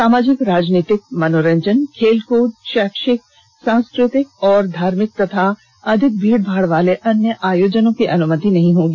सामाजिक राजनीतिक मनोरंजन खेलकूद शैक्षिक सांस्कृतिक और धार्मिक तथा अधिक भीड़ भाड़ वाले अन्य आयोजनों की अनुमति नहीं होगी